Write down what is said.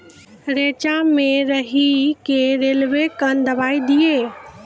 रेचा मे राही के रेलवे कन दवाई दीय?